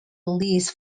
leased